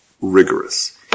rigorous